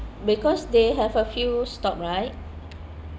because they have a few stop right